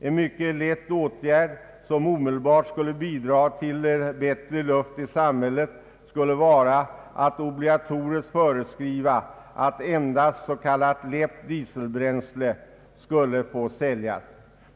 En mycket lätt åtgärd, som omedelbart skulle bidra till bättre luft i vårt samhälle, skulle vara att obligatoriskt föreskriva att endast s.k. lätt dieselbränsle skulle få säljas.